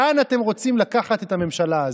שמתם בקבינט הקורונה.